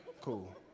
Cool